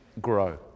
grow